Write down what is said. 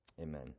Amen